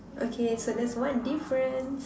okay so that's one difference